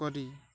କରି